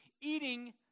eating